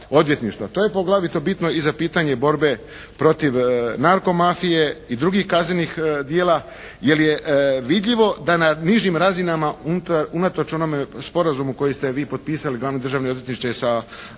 odvjetništva. To je poglavito bitno i za pitanje borbe protiv narkomafije i drugih kaznenih djela jer je vidljivo da na nižim razinama unatoč onome sporazumu koji ste vi potpisali glavni državni odvjetniče sa